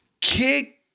Kick